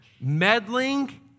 meddling